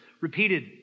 repeated